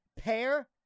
pair